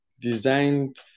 designed